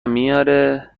میاره